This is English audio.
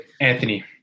anthony